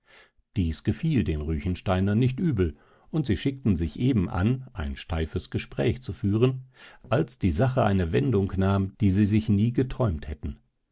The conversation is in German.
dies gefiel den ruechensteinern nicht übel und sie schickten sich eben an ein steifes gespräch zu führen als die sache eine wendung nahm die sie sich nie geträumt hätten